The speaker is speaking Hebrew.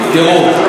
תראו,